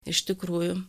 iš tikrųjų